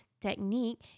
technique